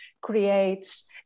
creates